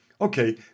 Okay